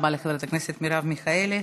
תודה רבה לחברת הכנסת מרב מיכאלי.